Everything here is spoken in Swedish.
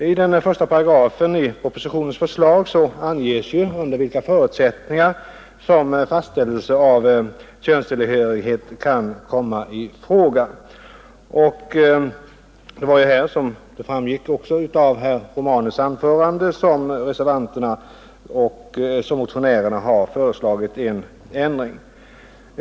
I den första paragrafen i propositionsförslaget anges under vilka förutsättningar som fastställelse av könstillhörighet kan komma i fråga, och det är här — som också framgick av herr Romanus” anförande — som motionärerna och reservanterna har föreslagit en ändring.